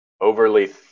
overly